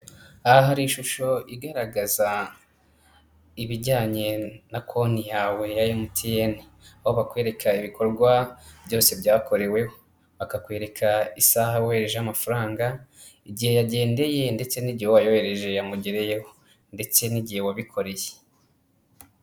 Aha hari ishusho igaragaza ibijyanye na konti yawe ya emutiyene, aho bakwereka ibikorwa byose byakoreweho, bakakwereka isaha wehorejeho amafaranga, igihe yagendeye ndetse n'igihe uwo wayoherereje yamugereyeho ndetse n'igihe wabikoreye.